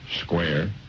square